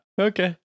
okay